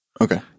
okay